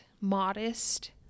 modest